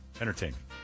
Entertainment